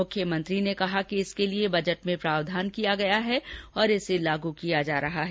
मुख्यमंत्री ने कहा कि इसके लिए सरकार ने बजट में प्रावधान कर रखा है और इसे लागू किया जा रहा है